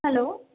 hello